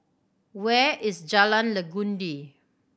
where is Jalan Legundi